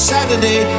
Saturday